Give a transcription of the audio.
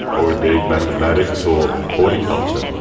or indeed mathematics or horticulture.